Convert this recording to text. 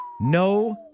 No